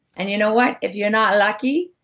and you know what, if you're not lucky.